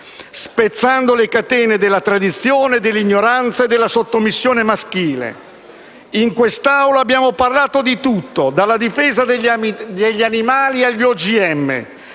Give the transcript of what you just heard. spezzato le catene della tradizione, dell'ignoranza e della sottomissione maschile. In quest'Aula abbiamo parlato di tutto: dalla difesa degli animali agli OGM,